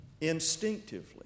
instinctively